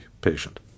patient